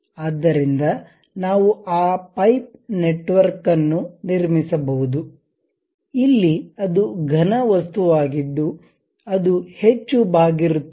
ಆದ್ದರಿಂದ ನಾವು ಆ ಪೈಪ್ ನೆಟ್ವರ್ಕ್ ಅನ್ನು ನಿರ್ಮಿಸಬಹುದು ಇಲ್ಲಿ ಅದು ಘನ ವಸ್ತುವಾಗಿದ್ದು ಅದು ಹೆಚ್ಚು ಬಾಗಿರುತ್ತದೆ